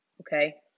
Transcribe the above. Okay